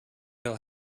out